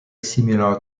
similar